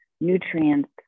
nutrients